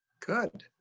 Good